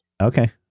Okay